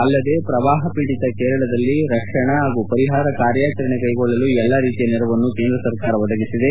ಅಲ್ಲದೇ ಪ್ರವಾಪ ಪೀಡಿತ ಕೇರಳ ರಾಜ್ಯದಲ್ಲಿ ರಕ್ಷಣಾ ಹಾಗೂ ಪರಿಹಾರ ಕಾರ್ಯಾಚರಣೆ ಕೈಗೊಳ್ಳಲು ಎಲ್ಲ ರೀತಿಯ ನೆರವನ್ನು ಕೇಂದ್ರ ಸರಕಾರ ಒದಗಿಸಿದೆ